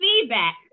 feedback